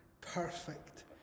perfect